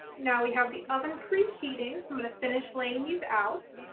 now we have the oven preheating so i'm going to finish laying these out.